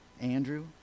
Andrew